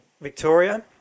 Victoria